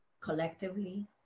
collectively